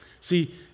See